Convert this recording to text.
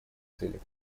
целях